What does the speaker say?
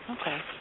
Okay